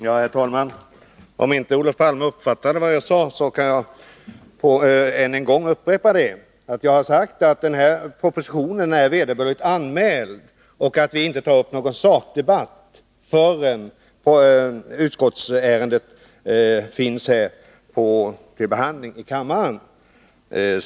Herr talman! Eftersom Olof Palme inte uppfattade vad jag sade, kan jag upprepa det. Jag har sagt att denna proposition är vederbörligt anmäld och att vi inte tar upp någon sakdebatt förrän utskottsbetänkandet finns till behandling i kammaren.